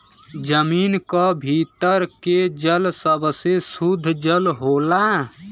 जमीन क भीतर के जल सबसे सुद्ध जल होला